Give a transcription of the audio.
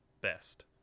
best